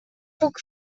puc